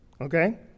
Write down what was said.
Okay